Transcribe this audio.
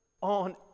on